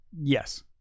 Yes